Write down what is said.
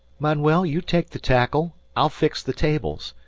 manuel, you take the tackle. i'll fix the tables.